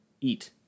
Eat